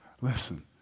Listen